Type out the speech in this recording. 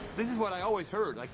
this is what i always heard, like,